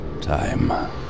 Time